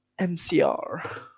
MCR